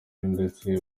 ndetse